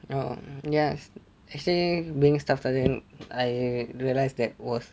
um yes actually being staff sergeant I realise that was